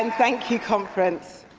um thank you conference.